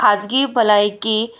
खाजगी भलायकी